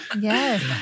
Yes